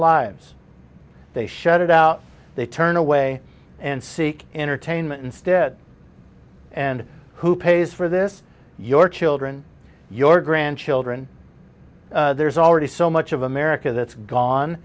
lives they shut it out they turn away and seek entertainment instead and who pays for this your children your grandchildren there's already so much of america that's gone